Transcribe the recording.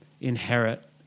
inherit